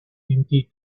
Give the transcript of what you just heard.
empty